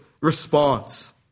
response